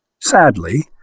Sadly